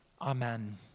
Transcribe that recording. Amen